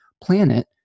planet